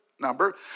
number